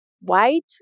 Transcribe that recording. white